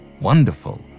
Wonderful